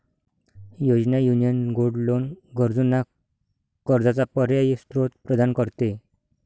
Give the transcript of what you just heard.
योजना, union gold loan गरजूंना कर्जाचा पर्यायी स्त्रोत प्रदान करते